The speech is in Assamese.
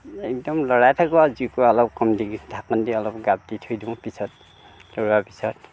একদম লৰাই থাকোঁ আৰু জুইকোৰা অলপ কম দি ঢাকন দি অলপ গাপ দি থৈ দিওঁ পিছত লৰোৱা পিছত